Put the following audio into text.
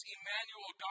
Emmanuel